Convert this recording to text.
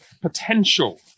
potential